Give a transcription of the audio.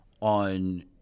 on